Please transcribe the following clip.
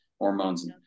hormones